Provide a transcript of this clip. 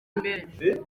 imbere